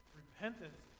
repentance